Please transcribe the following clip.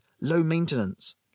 low-maintenance